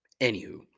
Anywho